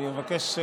אני מבקש,